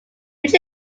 which